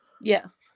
Yes